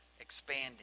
expanding